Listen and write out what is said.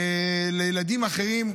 על ילדים אחרים,